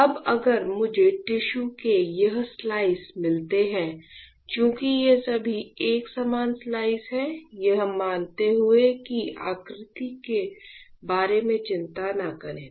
अब अगर मुझे टिश्यू के यह स्लाइस मिलते हैं चूंकि ये सभी एक समान स्लाइस हैं यह मानते हुए कि आकृति के बारे में चिंता न करें